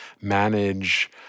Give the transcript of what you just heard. manage